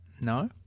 No